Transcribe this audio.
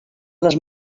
les